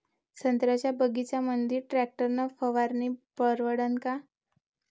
संत्र्याच्या बगीच्यामंदी टॅक्टर न फवारनी परवडन का?